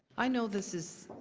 i know this is,